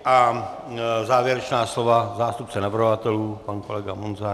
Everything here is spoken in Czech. A závěrečná slova zástupce navrhovatelů pan kolega Munzar.